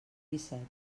disset